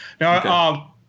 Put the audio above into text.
now